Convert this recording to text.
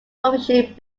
publishing